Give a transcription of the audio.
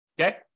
Okay